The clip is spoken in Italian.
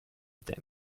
tempo